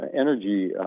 energy